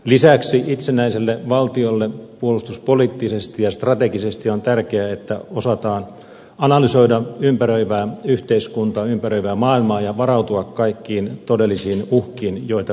lisäksi itsenäiselle valtiolle puolustuspoliittisesti ja strategisesti on tärkeää että osataan analysoida ympäröivää yhteiskuntaa ympäröivää maailmaa ja varautua kaikkiin todellisiin uhkiin joita voi esiintyä